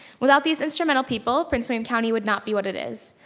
without these instrumental people, prince william county would not be what it is.